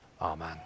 Amen